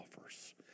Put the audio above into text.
offers